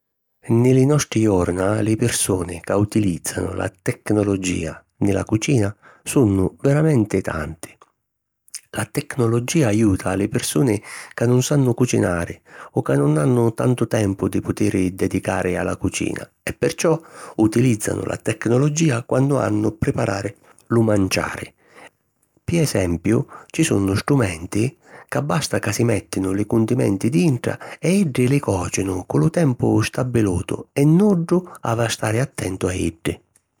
Nni li nostri jorna, li pirsuni ca utilìzzanu la tecnologìa nni la cucina sunnu veramenti tanti. La tecnologìa aiuta a li pirsuni ca nun sannu cucinari o ca nun hannu tantu tempu di putiri dedicari a la cucina e perciò utilìzzanu la tecnologìa quannu hannu a priparari lu manciari. Pi esempiu ci sunnu strumenti ca basta ca si mèttinu li cundimenti dintra e iddi li còcinu cu lu tempu stabilutu e nuddu havi a stari attentu a iddi.